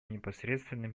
непосредственным